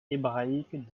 hébraïque